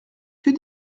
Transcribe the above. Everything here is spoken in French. que